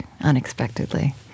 unexpectedly